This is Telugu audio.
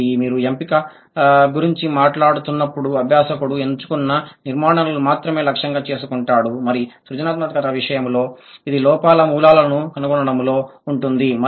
కాబట్టి మీరు ఎంపిక గురించి మాట్లాడుతున్నప్పుడు అభ్యాసకుడు ఎంచుకున్న నిర్మాణాలను మాత్రమే లక్ష్యంగా చేసుకుంటాడు మరి సృజనాత్మకత విషయంలో ఇది లోపాల మూలాలను కనుగొనడంలో ఉంటుంది